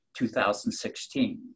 2016